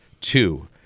two